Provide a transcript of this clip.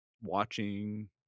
watching